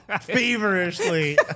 feverishly